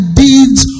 deeds